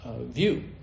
view